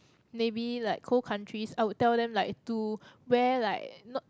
maybe like cold countries I would tell them like to wear like not